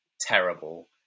terrible